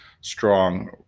strong